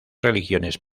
religiones